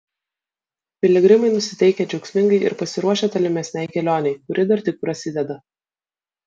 piligrimai nusiteikę džiaugsmingai ir pasiruošę tolimesnei kelionei kuri dar tik prasideda